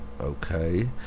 Okay